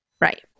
Right